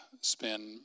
spend